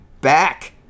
back